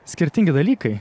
skirtingi dalykai